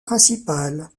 principal